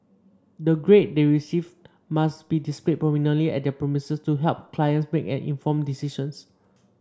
the grade they receive must be displayed prominently at their premises to help clients make an informed decision